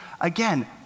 again